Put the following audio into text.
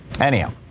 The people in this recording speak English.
anyhow